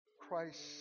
Christ